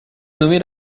nommé